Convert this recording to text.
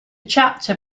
chapter